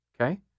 Okay